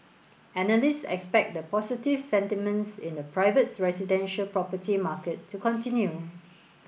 analysts expect the positive sentiments in the private residential property market to continue